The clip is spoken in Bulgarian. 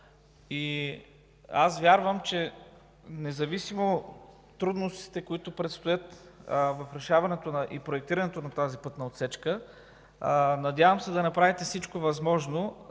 в тунела и независимо от трудностите, които предстоят, в решаването и проектирането на тази пътна отсечка, се надявам да направите всичко възможно